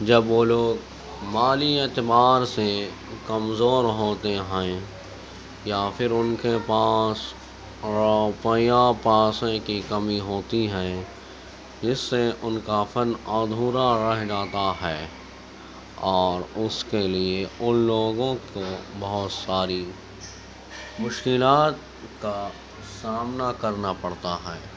جب وہ لوگ مالی اعتبار سے کمزور ہوتے ہیں یا پھر ان کے پاس روپے یا پیسے کی کمی ہوتی ہے جس سے ان کا فن ادھورا رہ جاتا ہے اور اس کے لیے ان لوگوں کو بہت ساری مشکلات کا سامنا کرنا پڑتا ہے